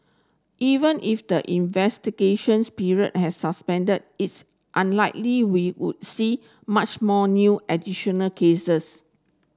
even if the investigation's period has suspended it's unlikely we would see much more new additional cases